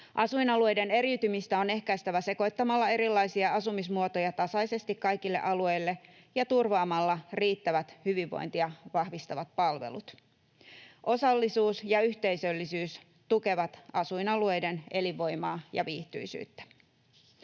Asuinalueiden eriytymistä on ehkäistävä sekoittamalla erilaisia asumismuotoja tasaisesti kaikille alueille ja turvaamalla riittävät hyvinvointia vahvistavat palvelut. Osallisuus ja yhteisöllisyys tukevat asuinalueiden elinvoimaa ja viihtyisyyttä.